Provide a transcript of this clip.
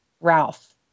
Ralph